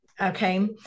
okay